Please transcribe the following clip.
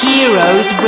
Heroes